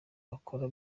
bakora